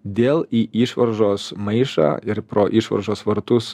dėl į išvaržos maišą ir pro išvaržos vartus